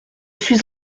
suis